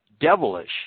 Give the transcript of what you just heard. devilish